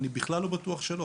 אני בכלל לא בטוח שלא.